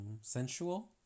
sensual